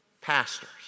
pastors